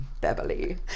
Beverly